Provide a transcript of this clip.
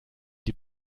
die